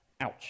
Ouch